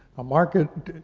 a market,